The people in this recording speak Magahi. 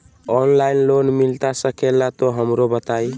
ऑनलाइन लोन मिलता सके ला तो हमरो बताई?